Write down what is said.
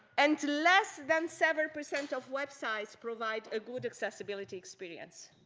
and less than seven percent of websites provide a good accessibility experience.